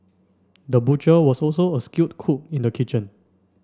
the butcher was also a skilled cook in the kitchen